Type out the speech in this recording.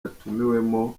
yatumiwemo